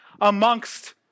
amongst